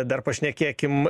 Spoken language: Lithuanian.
dar pašnekėkim